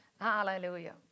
Hallelujah